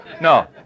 no